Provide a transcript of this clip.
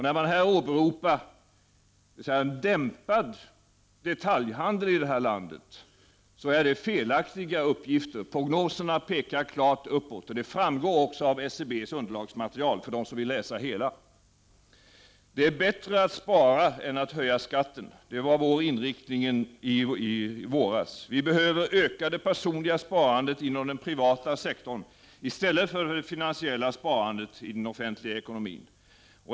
När man här åberopar dämpad detaljhandel i landet grundar det sig på felaktiga uppgifter. Prognoserna pekar klart uppåt. Det framgår också av SCB:s underlagsmaterial, om man läser det noga. Det är bättre att spara än att höja skatten — det var vår inriktning i våras. Vi behöver öka det personliga sparandet inom den privata sektorn i stället för det finansiella sparandet i den offentliga ekonomin.